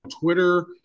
Twitter